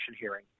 hearing